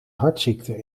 hartziekten